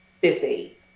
busy